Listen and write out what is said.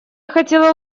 хотела